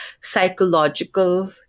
psychological